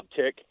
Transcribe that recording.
uptick